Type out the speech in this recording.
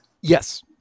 Yes